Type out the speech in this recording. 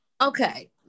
Okay